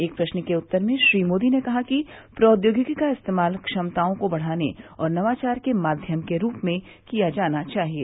एक प्रश्न के उत्तर में श्री मोदी ने कहा कि प्रौद्योगिकी का इस्तेमाल क्षमताओं को बढ़ाने और नवाचार के माध्यम के रूप में किया जाना चाहिए